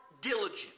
diligent